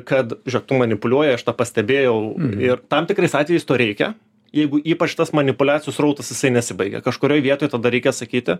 kad žėk tu manipuliuoji aš tą pastebėjau ir tam tikrais atvejais to reikia jeigu ypač tas manipuliacijų srautas jisai nesibaigia kažkurioj vietoj tada reikia sakyti